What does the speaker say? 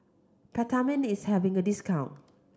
Peptamen is having a discount